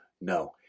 No